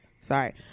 sorry